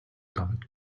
damit